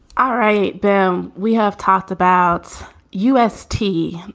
all right. bam! we have talked about u s. t.